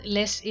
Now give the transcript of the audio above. Less